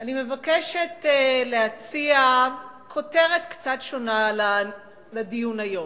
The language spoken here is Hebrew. אני מבקשת להציע כותרת קצת שונה לדיון היום: